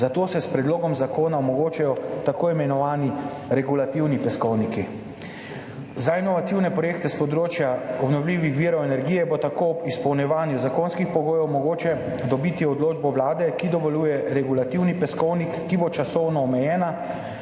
zato se s predlogom zakona omogočijo tako imenovani regulativni peskovniki. Za inovativne projekte s področja obnovljivih virov energije bo tako ob izpolnjevanju zakonskih pogojev mogoče dobiti odločbo Vlade, ki dovoljuje regulativni peskovnik, ki bo časovno omejena